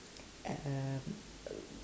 um